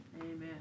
Amen